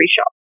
shop